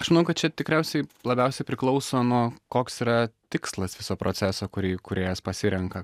aš manau kad čia tikriausiai labiausiai priklauso nuo koks yra tikslas viso proceso kurį kūrėjas pasirenka